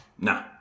No